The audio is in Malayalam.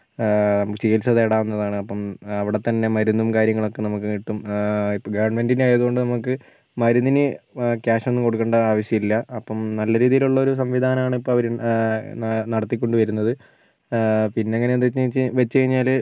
ചികിത്സ തേടാവുന്നതാണ് അപ്പം അവിടെ തന്നെ മരുന്നും കാര്യങ്ങളൊക്കെ നമുക്ക് കിട്ടും ഇപ്പം ഗവർമെൻറ്റിൻ്റെ ആയത് കൊണ്ട് നമുക്ക് മരുന്നിന് ക്യാഷ് ഒന്നും കൊടുക്കണ്ട ആവിശ്യം ഇല്ല അപ്പം നല്ല രീതിയിൽ ഉള്ള ഒരു സംവിധാനമാണ് ഇപ്പോൾ അവർ നടത്തി കൊണ്ട് വരുന്നത് പിന്നെ എങ്ങനെ എന്ന് വെച്ച് കഴിഞ്ഞാൽ